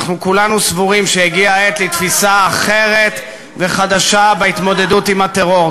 אנחנו כולנו סבורים שהגיעה העת לתפיסה אחרת וחדשה בהתמודדות עם הטרור.